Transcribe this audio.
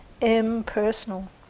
impersonal